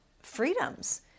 freedoms